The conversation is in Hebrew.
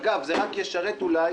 אגב, זה רק ישרת אולי